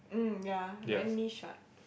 mm yeah very niche what